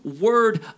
word